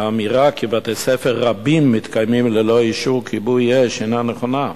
האמירה שבתי-ספר רבים מתקיימים ללא אישור כיבוי אש אינה נכונה.